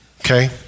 Okay